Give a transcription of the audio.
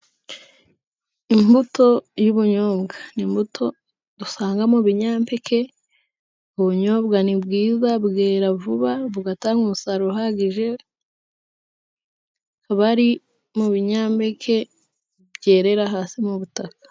Imbuto y'ubunyobwa n'imbuto dusanga mu binyampeke. Ubunyobwa ni bwiza bwera vuba bugatanga umusaruro uhagije. Buri mu binyampeke byerera hasi mu butaka.